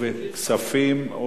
כספים.